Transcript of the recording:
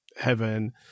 heaven